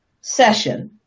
session